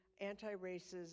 anti-racism